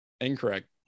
incorrect